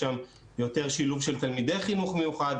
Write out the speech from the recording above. יותר שילוב של תלמידי חינוך מיוחד,